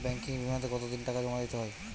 Banking বিমাতে কত দিন টাকা জমা দিতে হয়?